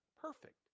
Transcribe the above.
perfect